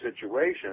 situation